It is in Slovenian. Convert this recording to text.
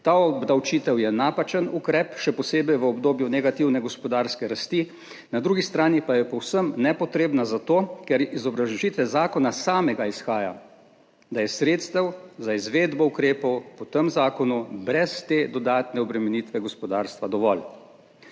Ta obdavčitev je napačen ukrep, še posebej v obdobju negativne gospodarske rasti, na drugi strani pa je povsem nepotrebna zato, ker iz obrazložitve zakona samega izhaja, da je sredstev za izvedbo ukrepov po tem zakonu brez te dodatne obremenitve gospodarstva dovolj.